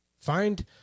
find